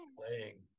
playing